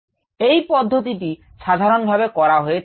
এই পদ্ধতিটি সাধারণভাবে করা হয়ে থাকে